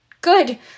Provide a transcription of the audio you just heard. Good